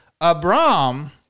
Abram